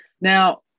Now